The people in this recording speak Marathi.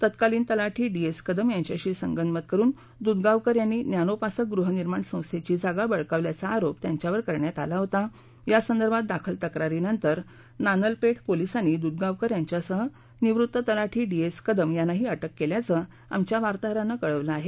तत्कालीन तलाठी डी एस कदम यांच्याशी संगनमत करून दूधगावकर यांनी ज्ञानोपासक गृहनिर्माण संस्थेची जागा बळकावल्याचा आरोप त्यांच्यावर करण्यात आला होता यासंदर्भात दाखल तक्रारीनंतर नानलपेठ पोलिसांनी दूधगावकर यांच्यासह निवृत्त तलाठी डी एस कदम यांनाही अटक केल्याचं आमच्या वार्ताहरानं कळवलं आहे